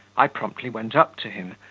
i promptly went up to him,